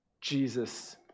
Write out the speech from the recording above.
Jesus